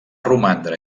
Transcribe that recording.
romandre